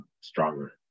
stronger